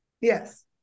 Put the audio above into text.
Yes